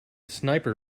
sniper